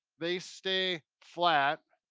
they stay flat.